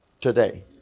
today